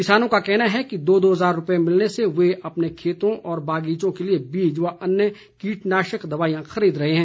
किसानों का कहना है कि दो दो हजार रुपये मिलने से वे अपने खेतों व बागीचों के लिए बीज व अन्य कीटनाशक दवाईयां खरीद रहे हैं